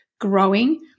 growing